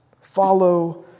Follow